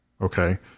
Okay